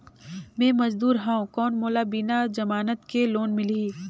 मे मजदूर हवं कौन मोला बिना जमानत के लोन मिलही?